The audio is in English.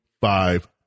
five